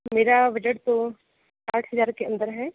मेरा बजट तो साठ हज़ार के अंदर है